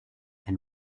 and